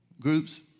groups